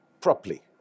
properly